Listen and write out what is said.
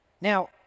Now